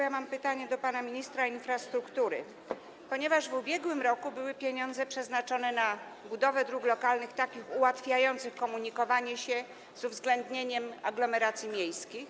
Ja mam pytanie do pana ministra infrastruktury, ponieważ w ubiegłym roku były pieniądze przeznaczone na budowę dróg lokalnych ułatwiających komunikowanie się, z uwzględnieniem aglomeracji miejskich.